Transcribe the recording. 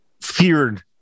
feared